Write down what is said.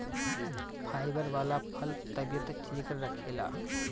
fibre वाला फल तबियत ठीक रखेला